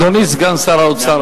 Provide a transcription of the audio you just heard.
אדוני סגן שר האוצר,